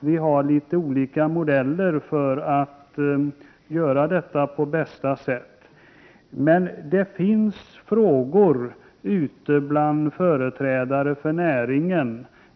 Vi har litet olika modeller för att göra det på bästa sätt. Men det finns frågor från bl.a. företrädare för näringen.